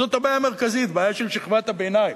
זאת הבעיה המרכזית, בעיה של שכבת הביניים.